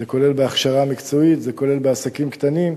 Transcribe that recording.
זה כולל בהכשרה מקצועית, זה כולל בעסקים קטנים,